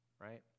right